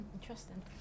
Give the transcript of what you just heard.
Interesting